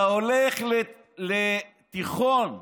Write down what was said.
אתה הולך לתיכון בנשר,